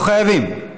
לא חייבים.